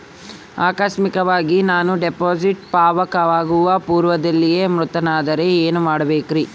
ಆಕಸ್ಮಿಕವಾಗಿ ನಾನು ಡಿಪಾಸಿಟ್ ಪಕ್ವವಾಗುವ ಪೂರ್ವದಲ್ಲಿಯೇ ಮೃತನಾದರೆ ಏನು ಮಾಡಬೇಕ್ರಿ?